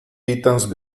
titans